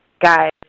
Guys